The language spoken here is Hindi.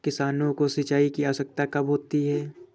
किसानों को सिंचाई की आवश्यकता कब होती है?